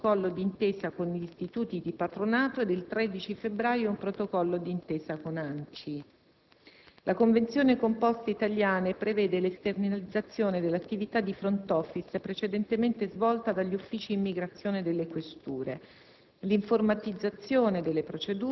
il 9 febbraio successivo un Protocollo d'intesa con gli Istituti di patronato ed il 13 febbraio un protocollo d'intesa con l'ANCI. La convenzione con Poste Italiane prevede l'esternalizzazione dell'attività di *front office* precedentemente svolta dagli uffici immigrazione delle questure,